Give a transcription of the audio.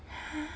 !huh!